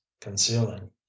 concealing